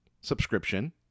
subscription